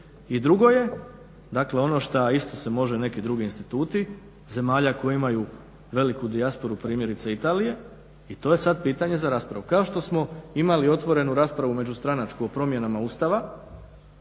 I drugo je dakle ono šta može isto mogu neki drugi instituti zemalja koje imaju veliku dijasporu primjerice Italije i to je sada pitanje za raspravu, kao što smo imali otvorenu raspravu među stranačku o promjenama Ustava